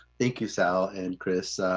thank you sal and chris.